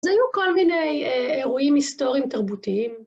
אז היו כל מיני אירועים היסטוריים, תרבותיים.